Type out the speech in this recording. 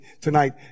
tonight